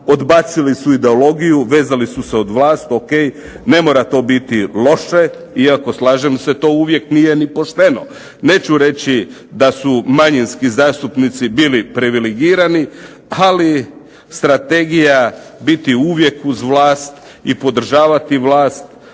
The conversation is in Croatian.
odbacili su ideologiju, vezali su se uz vlast, to je ok, ne mora to biti loše, iako slažem se to uvijek nije ni pošteno. Neću reći da su manjinski zastupnici bili privilegirani, ali strategija biti uvijek uz vlast i podržavati vlast,